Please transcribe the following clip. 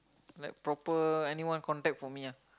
like proper anyone contact for me ah